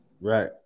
Right